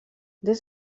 des